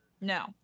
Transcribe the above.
No